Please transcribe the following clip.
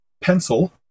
pencil